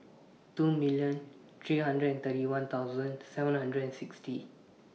two million three hundred and thirty one thousand seven hundred and sixty